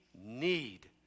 need